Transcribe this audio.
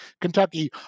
Kentucky